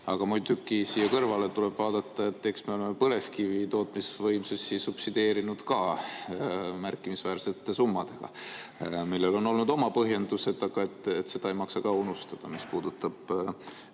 Aga muidugi siia kõrvale tuleb vaadata, et me oleme põlevkivi tootmisvõimsusi subsideerinud ka märkimisväärsete summadega, millel on olnud oma põhjendused. Aga seda ei maksa ka unustada, mis puudutab